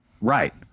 right